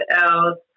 else